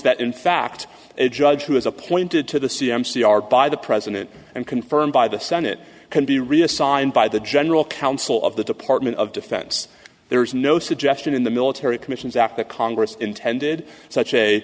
that in fact a judge who is appointed to the c m c are by the president and confirmed by the senate can be reassigned by the general counsel of the department of defense there is no suggestion in the military commissions act that congress intended such a